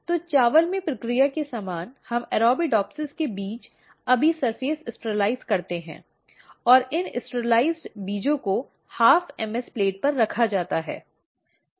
तो चावल में प्रक्रिया के समान हम Arabidopsis के बीज अभी सर्फेस स्टिरलाइज़ करते हैं और इन स्टिरलाइज़ बीजों को 12 MS प्लेट पर रखा जाता है